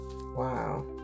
Wow